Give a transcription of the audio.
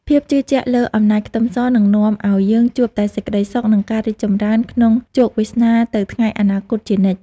ភាពជឿជាក់លើអំណាចខ្ទឹមសនឹងនាំឱ្យយើងជួបតែសេចក្តីសុខនិងការរីកចម្រើនក្នុងជោគវាសនាទៅថ្ងៃអនាគតជានិច្ច។